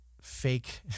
fake